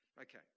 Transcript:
Okay